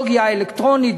הטכנולוגיה האלקטרונית,